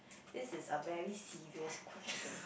this is a very serious question